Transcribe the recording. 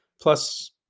plus